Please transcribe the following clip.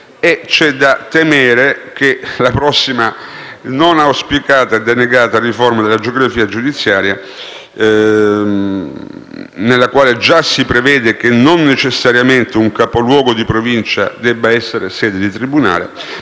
e c'è da temere che con la prossima non auspicata e denegata riforma della geografia giudiziaria, nella quale già si prevede che non necessariamente un capoluogo di Provincia debba essere sede di tribunale,